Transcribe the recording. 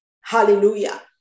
hallelujah